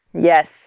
Yes